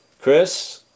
Chris